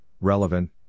relevant